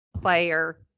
player-